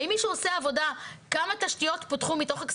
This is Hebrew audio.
האם מישהו עושה עבודה כמה תשתיות פותחו